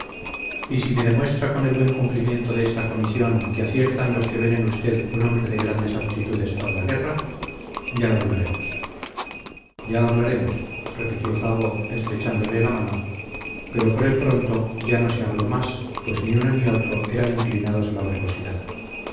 y si me demuestra con el buen cumplimiento de esta comisión que aciertan los que ven en usted un hombre de grandes aptitudes para la guerra ya hablaremos ya hablaremos repitió fago estrechándole la mano pero por el pronto ya no se habló más pues ni uno ni otro eran inclinados a la